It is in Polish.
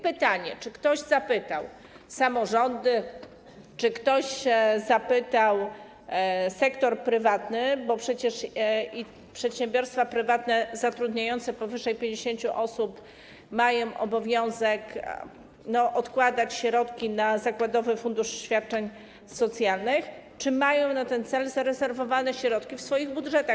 Pytanie: Czy ktoś zapytał samorządy, czy ktoś zapytał sektor prywatny - bo i przedsiębiorstwa prywatne zatrudniające powyżej 50 osób mają obowiązek odkładać środki na zakładowy fundusz świadczeń socjalnych - czy mają na ten cel zarezerwowane środki w swoich budżetach?